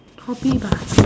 copy